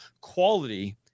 quality